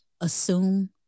assume